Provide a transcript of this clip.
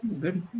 good